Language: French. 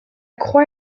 croix